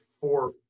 four